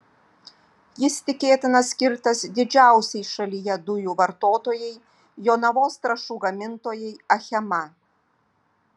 jis tikėtina skirtas didžiausiai šalyje dujų vartotojai jonavos trąšų gamintojai achema